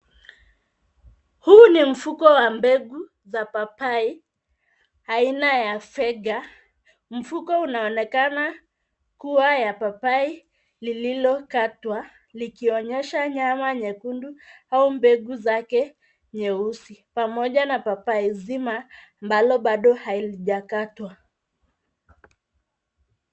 Huu ni mfuko wa mbegu za papai aina ya fega mfuko unaonekana kuwa ya papai lililokatwa likionyesha nyama nyekundu au mbegu zake nyeusi pamoja na papai zima ambalo bado halijakatwa